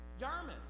Yarmouth